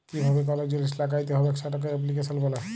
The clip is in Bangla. কিভাবে কল জিলিস ল্যাগ্যাইতে হবেক সেটকে এপ্লিক্যাশল ব্যলে